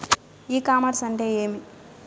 ఇ commerce అంటే ఏమి?